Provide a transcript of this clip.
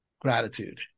gratitude